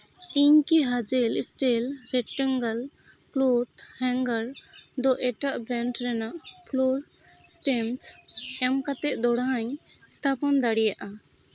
ᱤᱧ ᱠᱤ hazel steel rectangle cloth hanger ᱫᱚ ᱮᱴᱟᱜ ᱵᱨᱮᱰ ᱨᱮᱱᱟᱜ ᱯᱷᱞᱳᱨᱥ ᱟᱭᱴᱮᱢᱥ ᱠᱟᱛᱮᱫ ᱫᱚᱲᱦᱟᱹᱧ ᱮᱥᱛᱷᱟᱯᱚᱱ ᱫᱟᱲᱮᱭᱟᱜᱼᱟ